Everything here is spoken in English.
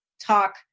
talk